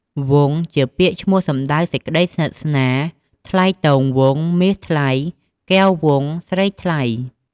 វង ពាក្យជាឈ្មោះសំដៅសេចក្តីស្និទ្ធស្នាល ថ្លៃទងវង មាសថ្លៃ កែវវង ស្រីថ្លៃ។